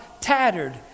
tattered